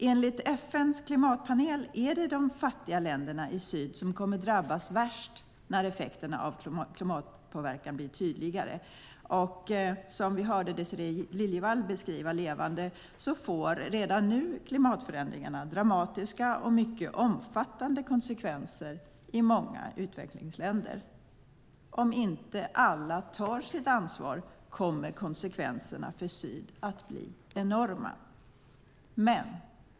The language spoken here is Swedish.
Enligt FN:s klimatpanel är det de fattiga länderna i syd som kommer att drabbas värst när effekterna av klimatpåverkan blir tydligare, och som vi hörde Désirée Liljevall beskriva levande får redan nu klimatförändringarna dramatiska och mycket omfattande konsekvenser i många utvecklingsländer. Om inte alla tar sitt ansvar kommer konsekvenserna för syd att bli enorma.